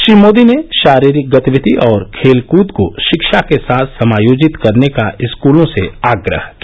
श्री मोदी ने शारीरिक गतिविधि और खेलकूद को शिक्षा के साथ समायोजित करने का स्कूलों से आग्रह किया